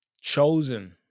chosen